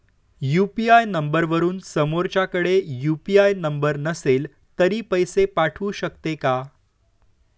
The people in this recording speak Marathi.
यु.पी.आय नंबरवरून समोरच्याकडे यु.पी.आय नंबर नसेल तरी पैसे पाठवू शकते का?